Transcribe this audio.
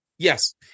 Yes